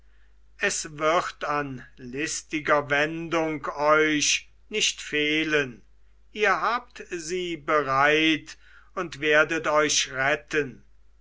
es wird an listiger wendung euch nicht fehlen ihr habt sie bereit und werdet euch retten